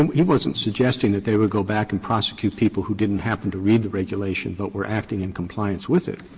and he wasn't suggesting that they would go back and prosecute people who didn't happen to read the regulation but were acting in compliance with it.